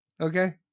okay